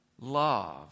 love